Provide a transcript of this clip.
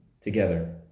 together